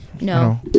No